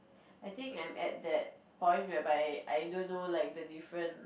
I think I'm at that point whereby I don't know like the different